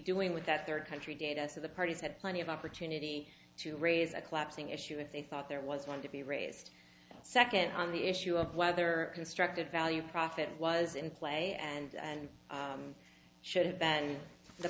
doing with that third country data so the parties had plenty of opportunity to raise a collapsing issue if they thought there was going to be raised second on the issue of whether constructive value profit was in play and should have been the